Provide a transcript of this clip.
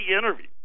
interview